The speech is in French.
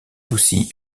aussi